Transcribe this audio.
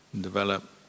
Develop